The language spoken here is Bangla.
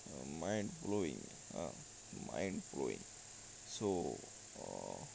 মাইন্ড ব্লোইয়িং হ্যাঁ মাইন্ড ব্লোইয়িং সো